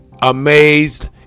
amazed